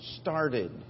started